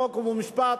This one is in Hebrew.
חוק ומשפט,